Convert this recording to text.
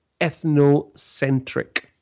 ethnocentric